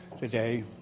today